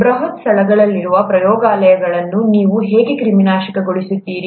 ಬೃಹತ್ ಸ್ಥಳಗಳಾಗಿರುವ ಪ್ರಯೋಗಾಲಯಗಳನ್ನು ನೀವು ಹೇಗೆ ಕ್ರಿಮಿನಾಶಕಗೊಳಿಸುತ್ತೀರಿ